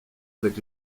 avec